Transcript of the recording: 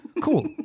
cool